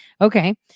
Okay